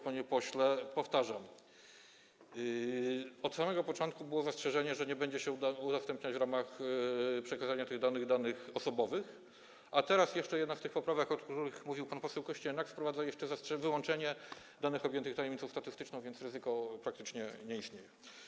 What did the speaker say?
Panie pośle, powtarzam, od samego początku było zastrzeżenie, że nie będzie się udostępniać, w ramach przekazania tych danych, danych osobowych, a teraz jeszcze jedna z tych poprawek, o których mówił pan poseł Kosztowniak, wprowadza ponadto wyłączenie danych objętych tajemnicą statystyczną, więc ryzyko praktycznie nie istnieje.